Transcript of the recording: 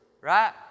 right